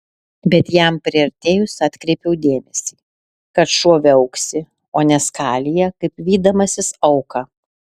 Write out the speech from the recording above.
bet jam priartėjus atkreipiau dėmesį kad šuo viauksi o ne skalija kaip vydamasis auką